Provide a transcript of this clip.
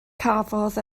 cafodd